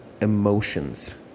emotions